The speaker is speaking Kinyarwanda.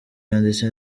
yanditse